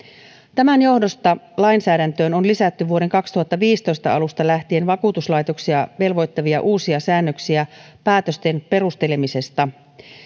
tämän johdosta lainsäädäntöön on lisätty vuoden kaksituhattaviisitoista alusta lähtien vakuutuslaitoksia velvoittavia uusia säännöksiä päätösten perustelemisesta